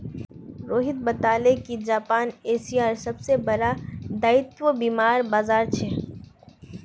रोहित बताले कि जापान एशियार सबसे बड़ा दायित्व बीमार बाजार छे